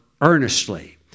earnestly